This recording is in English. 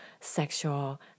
sexual